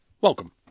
Welcome